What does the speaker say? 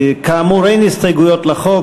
כאמור, אין הסתייגויות לחוק.